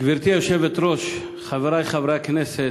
גברתי היושבת-ראש, חברי חברי הכנסת,